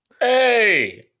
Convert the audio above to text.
hey